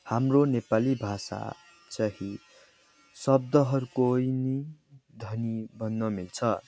हाम्रो नेपाली भाषा चाहिँ शब्दहरूकै धनी भन्न मिल्छ